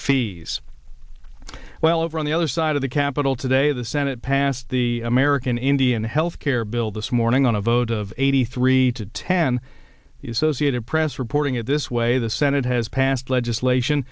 fees well over on the other side of the capitol today the senate passed the american indian health care bill this morning on a vote of eighty three to ten so ca to press reporting it this way the senate has passed legislation